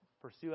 Pursue